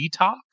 detox